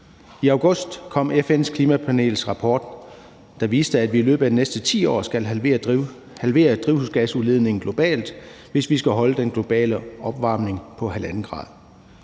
I august kom FN's klimapanels rapport, der viste, at vi i løbet af de næste 10 år skal halvere drivhusgasudledningen globalt, hvis vi skal holde den globale opvarmning på 1,5 grader.